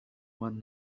one